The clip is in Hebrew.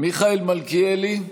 מיכאל מלכיאלי,